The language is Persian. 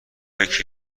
یکی